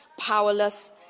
powerless